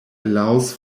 allows